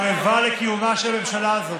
היא ערבה לקיומה של הממשלה הזאת,